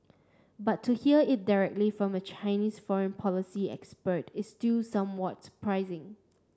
but to hear it directly from a Chinese foreign policy expert is still somewhat surprising